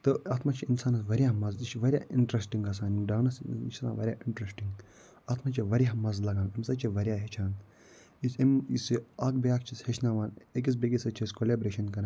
تہٕ اَتھ منٛز چھِ اِنسانَس واریاہ مَزٕ یہِ چھِ واریاہ اِنٹرشٹِنٛگ گژھان ڈانَس یہِ چھِ آسان واریاہ اِنٹَرشٹِنٛگ اَتھ منٛز چھِ واریاہ مَزٕ لگان أمۍ سۭتۍ چھِ واریاہ ہٮ۪چھان یُس أمۍ یُس یہِ اَکھ بیاکھ چھِ أسۍ ہٮ۪چھناوان أکِس بیٚکِس سۭتۍ چھِ أسۍ کلوبریشَن کران